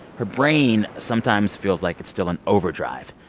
her brain sometimes feels like it's still in overdrive.